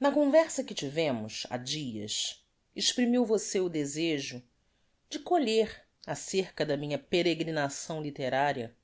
na conversa que tivemos ha dias exprimiu v o desejo de colher acerca da minha peregrinação litteraria